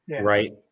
Right